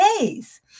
days